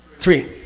three.